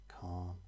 calm